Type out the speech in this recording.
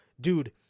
Dude